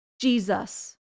Jesus